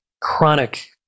chronic